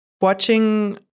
watching